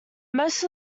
most